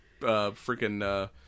freaking